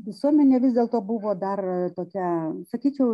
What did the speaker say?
visuomenė vis dėlto buvo dar tokia sakyčiau